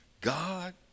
God